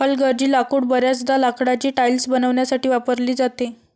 हलगर्जी लाकूड बर्याचदा लाकडाची टाइल्स बनवण्यासाठी वापरली जाते